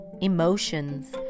emotions